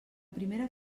primera